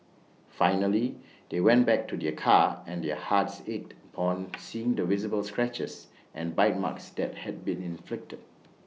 finally they went back to their car and their hearts ached upon seeing the visible scratches and bite marks that had been inflicted